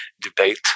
debate